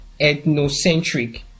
ethnocentric